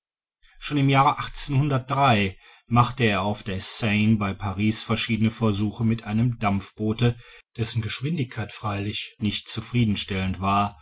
schon im jahre machte er auf der seine bei paris verschiedene versuche mit einem dampfboote dessen geschwindigkeit freilich nicht zufriedenstellend war